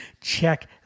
check